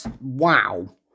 wow